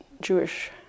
Jewish